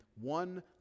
one